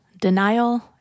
denial